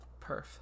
Perf